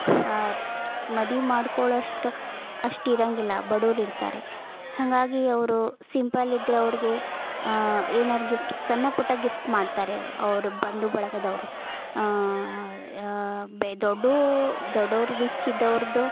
ಮದ್ವಿ ಮಾಡ್ಕೊಳ್ಳೋಷ್ಟು ಅಷ್ಟು ಇರೋಂಗಿಲ್ಲ ಬಡವ್ರು ಇರ್ತಾರೆ ಹಾಗಾಗಿ ಅವರು ಸಿಂಪಲ್ ಇದ್ದರೆ ಅವ್ರಿಗೆ ಏನಾರೂ ಗಿಫ್ಟ್ ಸಣ್ಣಪುಟ್ಟ ಗಿಫ್ಟ್ ಮಾಡ್ತಾರೆ ಅವ್ರ ಬಂಧು ಬಳಗದವರು ಬೇ ದೊಡ್ಡ ದೊಡ್ಡವ್ರು ರಿಚ್ ಇದ್ದವ್ರದ್ದು